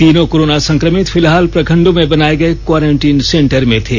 तीनों कोरोना संक्रमित फिलहाल प्रखंडों में बनाए गए क्वारंटीन सेंटर में थे